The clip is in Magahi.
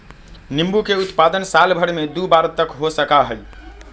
नींबू के उत्पादन साल भर में दु बार तक हो सका हई